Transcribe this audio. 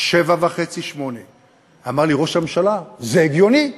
7.5, 8. אמר לי ראש הממשלה: זה הגיוני.